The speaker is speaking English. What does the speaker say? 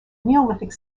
neolithic